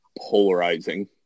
polarizing